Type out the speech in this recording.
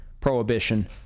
prohibition